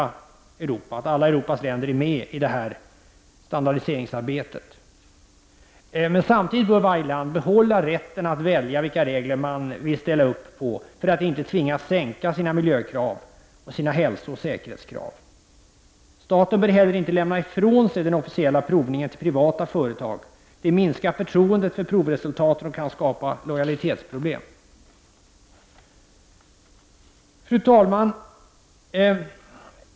Alla Europas länder är med i standardiseringsarbetet. Samtidigt bör varje land få behålla rätten att välja vilka regler landet vill ställa upp på för att inte behöva tvingas att sänka sina miljö-, hälsooch säkerhetskrav. Staten bör inte heller lämna ifrån sig den officiella provningen till privata företag. Det minskar förtroendet för provresultaten och kan skapa lojalitetsproblem. Fru talman!